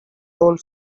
old